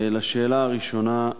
לשאלה הראשונה,